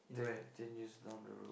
in where